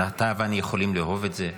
אתה ואני יכולים לאהוב את זה,